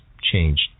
changed